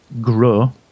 grow